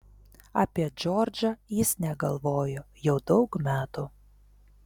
apie džordžą jis negalvojo jau daug metų